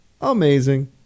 Amazing